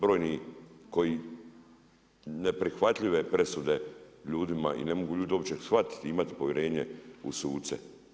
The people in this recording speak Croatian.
Brojni koji neprihvatljive presude ljudima i ne mogu ljudi uopće shvatiti i imati povjerenje u suce.